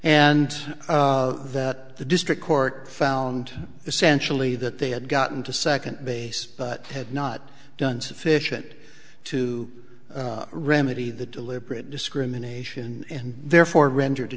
and that the district court found essentially that they had gotten to second base but had not done sufficient to remedy the deliberate discrimination and therefore rendered